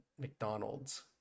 McDonald's